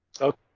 Okay